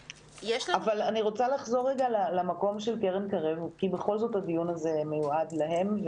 אני רוצה לחזור לעניין קרן קרב כי בכל זאת הדיון הזה מיועד להם,